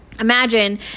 imagine